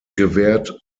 gewährt